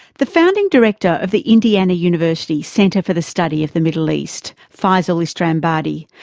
the founding director of the indiana university's center for the study of the middle east, feisal istrabadi,